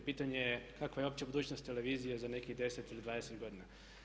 Pitanje je kakva je uopće budućnost televizije za nekih 10 ili 20 godina.